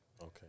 Okay